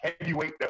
heavyweight